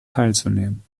teilzunehmen